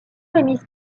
émise